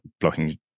blocking